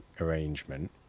arrangement